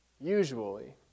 usually